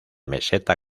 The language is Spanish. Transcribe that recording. meseta